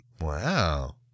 Wow